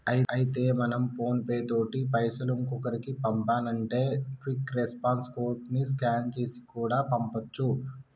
అయితే మనం PhonePe తోటి పైసలు ఇంకొకరికి పంపానంటే క్విక్ రెస్పాన్స్ కోడ్ ని స్కాన్ చేసి కూడా పంపొచ్చు